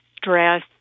stress